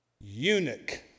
eunuch